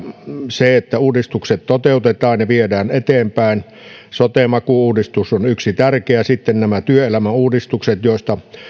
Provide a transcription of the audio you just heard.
se että uudistukset toteutetaan ja viedään eteenpäin sote maku uudistus on yksi tärkeä ja sitten nämä työelämäuudistukset joista